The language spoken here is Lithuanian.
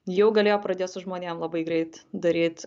jau galėjo pradėt su žmonėm labai greit daryt